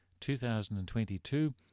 2022